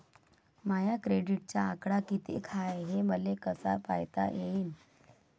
माया क्रेडिटचा आकडा कितीक हाय हे मले कस पायता येईन?